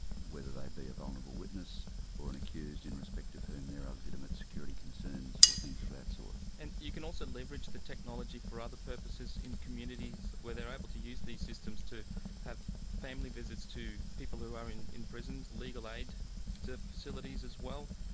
whether they be a vulnerable witness or an accused in respect of whom there are legitimate security concerns or things of that sort. and you can also leverage the technology for other purposes in the communities where they are able to use these systems to have family visits with people who are in in prisons, legal aid facilities as well.